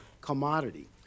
commodity